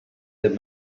that